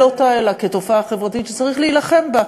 אותה אלא כתופעה חברתית שצריך להילחם בה,